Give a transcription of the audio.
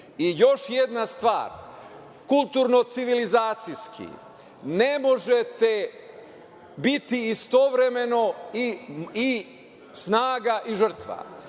jedna stvar, kulturno civilizacijski, ne možete biti istovremeno i snaga i žrtva.